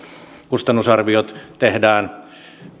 kustannusarviot tehdään tämä